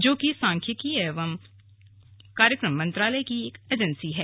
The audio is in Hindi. जो कि सांख्यिकी एवं कार्यक्रम मंत्रालय की एक एजेंसी है